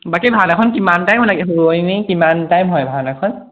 বাকী ভাওনাখন কিমান টাইম লাগিব এনেই কিমান টাইম হয় ভাওনাখন